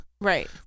Right